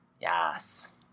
yes